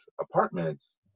apartments